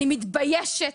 אני מתביישת